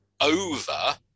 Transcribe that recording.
over